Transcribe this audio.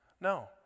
No